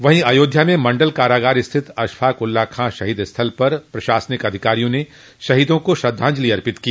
वहीं अयोध्या में मंडल कारागार स्थित अशफाक उल्ला खां शहीद स्थल पर प्रशासनिक अधिकारियों ने शहीदों को श्रद्धांजलि अर्पित की